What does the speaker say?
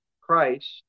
Christ